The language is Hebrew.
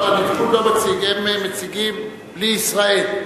הליכוד לא מציג, הם מציגים בלי ישראל.